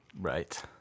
Right